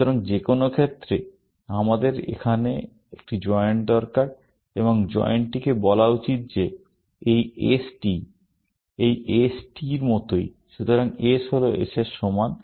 সুতরাং যে কোনও ক্ষেত্রে আমাদের এখানে একটি জয়েন্ট দরকার এবং জয়েন্টটিকে বলা উচিত যে এই S টি এই S টির মতোই সুতরাং S হল S এর সমান